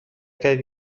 کرد